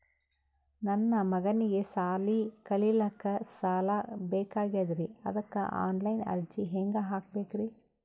ನನ್ನ ಮಗನಿಗಿ ಸಾಲಿ ಕಲಿಲಕ್ಕ ಸಾಲ ಬೇಕಾಗ್ಯದ್ರಿ ಅದಕ್ಕ ಆನ್ ಲೈನ್ ಅರ್ಜಿ ಹೆಂಗ ಹಾಕಬೇಕ್ರಿ?